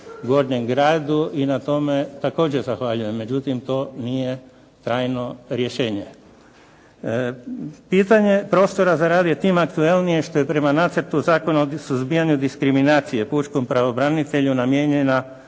Gornjem gradu i na tome također zahvaljujem. Međutim, to nije trajno rješenje. Pitanje prostora za rad je tim aktualnije što je prema Nacrtu Zakona o suzbijanju diskriminacije pučkom pravobranitelju namijenjena